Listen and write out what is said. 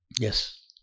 Yes